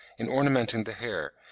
in ornamenting the hair,